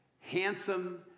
handsome